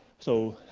so,